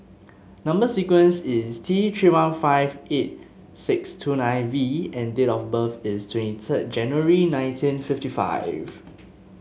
number sequence is T Three one five eight six two nine V and date of birth is twenty third January nineteen fifty five